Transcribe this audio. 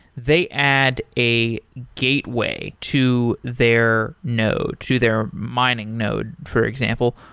they add a gateway to their node, to their mining node, for example.